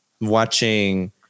watching